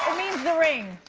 means the ring.